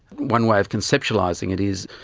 one way of conceptualising it is,